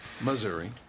Missouri